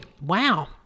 wow